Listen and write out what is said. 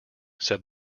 said